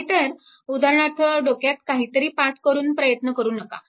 नाहीतर उदाहरणार्थ डोक्यात काहीतरी पाठ करून प्रयत्न करू नका